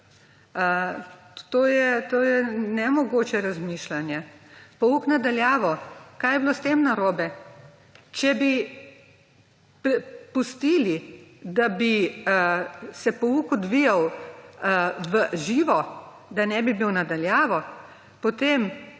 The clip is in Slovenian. To je nemogoče razmišljanje. Pouk na daljavo. Kaj je bilo s tem narobe? Če bi pustili, da bi se pouk odvijal v živo, da ne bi bil na daljavo, potem